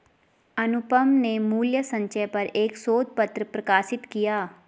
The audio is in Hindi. अनुपम ने मूल्य संचय पर एक शोध पत्र प्रकाशित किया